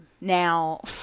Now